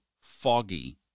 foggy